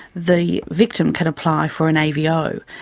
the victim can apply for an avo,